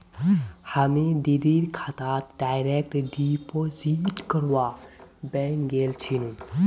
हामी दीदीर खातात डायरेक्ट डिपॉजिट करवा बैंक गेल छिनु